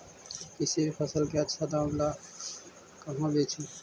किसी भी फसल के आछा दाम ला कहा बेची?